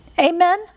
Amen